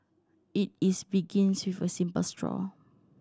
it is begins with a simple straw